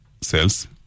cells